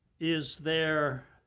is there